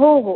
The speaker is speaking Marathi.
हो हो